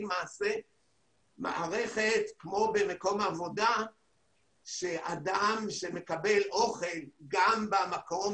למעשה מערכת כמו במקום העבודה שאדם שמקבל אוכל גם במקום,